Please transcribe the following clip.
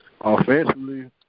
Offensively